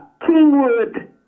Kingwood